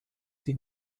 die